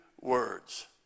words